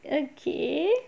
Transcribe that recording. okay